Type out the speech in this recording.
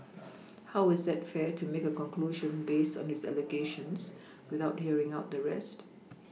how is that fair to make a conclusion based on his allegations without hearing out the rest